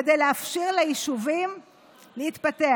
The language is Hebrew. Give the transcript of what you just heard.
כדי לאפשר ליישובים להתפתח.